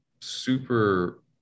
super